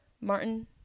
Martin